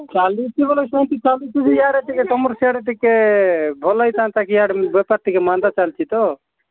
ଚାଲୁଛି ବୋଲି କୁହନ୍ତି ଚାଲିଛି ଇୟାଡ଼େ ଟିକେ ତୁମର ସିୟାଡ଼େ ଚିକେ ଭଲ ହୋଇଥାନ୍ତା କି ଇୟାଡ଼େ ବେପାର ଟିକେ ମାନ୍ଦା ଚାଲିଛି ତ